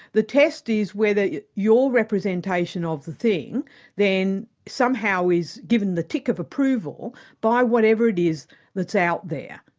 the test is whether your representation of the thing then somehow is given the tick of approval by whatever it is that's out there.